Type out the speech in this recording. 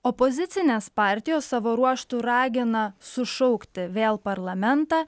opozicinės partijos savo ruožtu ragina sušaukti vėl parlamentą